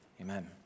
Amen